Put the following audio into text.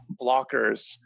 blockers